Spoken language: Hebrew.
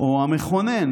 או המכונן